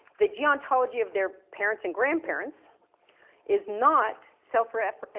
the geontology of their parents and grandparents is not self-ref,